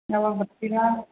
ಯಾವಾಗ ಬರ್ತೀರಾ